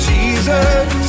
Jesus